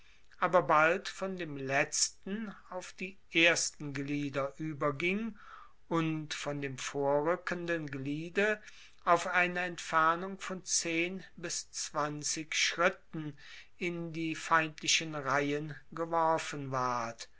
aber bald von dem letzten auf die ersten glieder ueberging und von dem vorrueckenden gliede auf eine entfernung von zehn bis zwanzig schritten in die feindlichen reihen geworfen ward